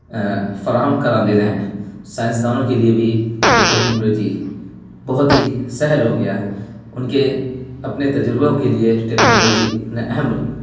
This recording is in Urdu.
فراہم کرا لے رہے ہیں سائنسدانوں کے لیے بھی یہ ٹیکنالوجی بہت ہی سہل ہو گیا ہے ان کے اپنے تجربوں کے لیے ٹیکنالوجی نے اہم